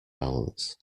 balance